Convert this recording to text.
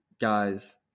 guys